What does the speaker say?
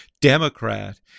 Democrat